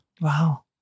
Wow